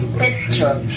picture